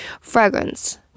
Fragrance